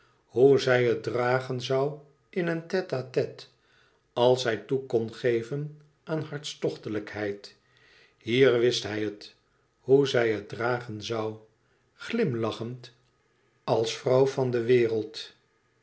hoe zij het dragen zoû in een tête-à-tête als zij toe kon geven aan hartstochtelijkheid hier wist hij het hoe zij het dragen zoû glimlachend als vrouw van de wereld